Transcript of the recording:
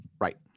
Right